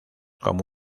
como